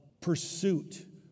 pursuit